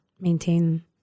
maintain